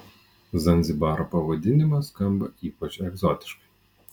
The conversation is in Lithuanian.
zanzibaro pavadinimas skamba ypač egzotiškai